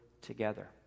together